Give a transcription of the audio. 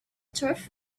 turf